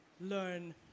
learn